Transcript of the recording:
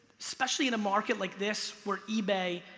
especially in a market like this, where ebay,